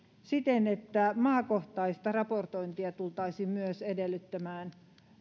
siten että maakohtaista raportointia tultaisiin myös edellyttämään